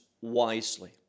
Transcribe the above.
wisely